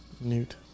Newt